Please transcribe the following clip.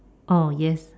oh yes